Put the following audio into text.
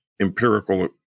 empirical